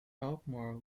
albemarle